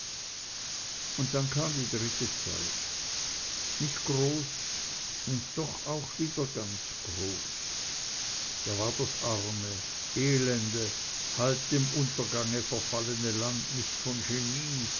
und dann kam die dritte zeit nicht groß und doch auch wieder ganz groß da war das arme elende halb dem untergange verfallene land nicht von genie